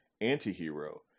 anti-hero